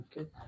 Okay